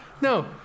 no